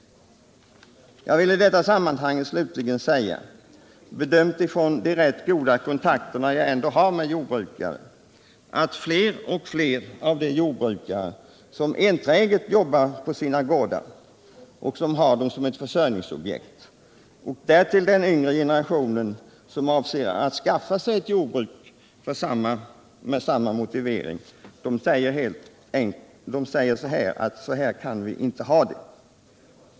Jag vill i sammanhanget slutligen framhålla —- bedömt ifrån de rätt goda kontakter jag har med jordbrukare — att fler och fler av de jordbrukare som enträget jobbar på sina gårdar och har dem såsom försörjningsobjekt och därtill den yngre generation som avser att skaffa sig ett jordbruk med samma motivering säger att så här kan vi helt enkelt inte ha det.